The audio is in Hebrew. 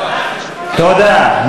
תודה.